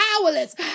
powerless